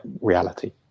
reality